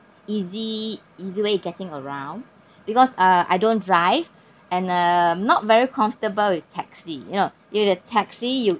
easy easy way to getting around because uh I don't drive and uh not very comfortable with taxi you know if the taxi you